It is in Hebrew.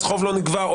אז חוב לא נגבה.